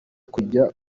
akajya